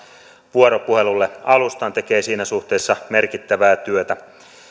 vuoropuhelulle alustan tekee siinä suhteessa merkittävää työtä